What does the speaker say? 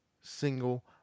single